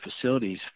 facilities